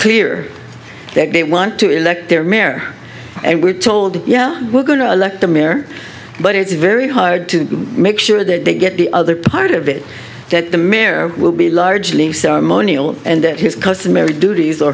clear that they want to elect their mare and we're told yeah we're going to elect a mare but it's very hard to make sure that they get the other part of it that the mayor will be largely ceremonial and that his customary duties or